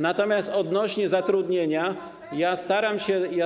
Natomiast odnośnie do zatrudnienia,